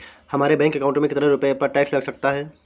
हमारे bank account में कितने रुपये पर टैक्स लग सकता है?